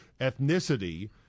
ethnicity –